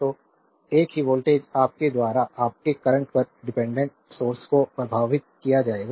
तो एक ही वोल्टेज आपके द्वारा आपके करंट पर डिपेंडेंट सोर्स को प्रभावित किया जाएगा